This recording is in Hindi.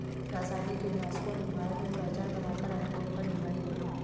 रासायनिक कीटनाशकों ने भारत में पहचान बनाकर अहम भूमिका निभाई है